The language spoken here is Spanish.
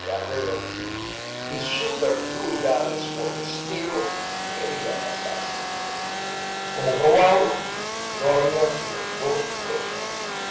carreras y superfluidades por el estilo quería casarse como probado no había sino dos cosas